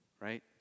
Right